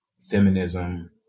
feminism